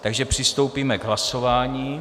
Takže přistoupíme k hlasování.